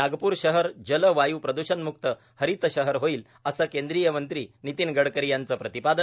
नागपूर शहर जल वायू प्रद्षणम्क्त हरीत शहर होईल असं केंद्रीय मंत्री नितीन गडकरी यांचं प्रतिपादन